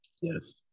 Yes